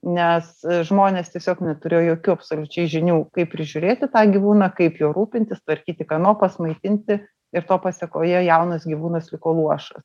nes žmonės tiesiog neturėjo jokių absoliučiai žinių kaip prižiūrėti tą gyvūną kaip juo rūpintis tvarkyti kanopas maitinti ir to pasekoje jaunas gyvūnas liko luošas